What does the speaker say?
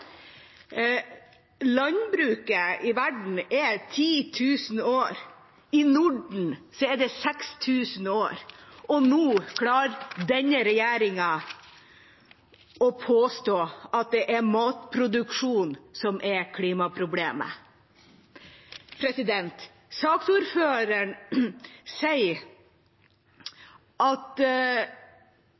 Landbruket i verden er 10 000 år. I Norden er det 6 000 år, og nå klarer denne regjeringa å påstå at det er matproduksjon som er klimaproblemet. Saksordføreren sier at